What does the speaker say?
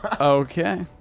Okay